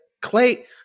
Clay